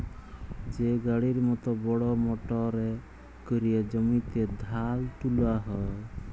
যে গাড়ির মত বড় মটরে ক্যরে জমিতে ধাল তুলা হ্যয়